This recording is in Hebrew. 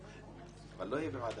קצת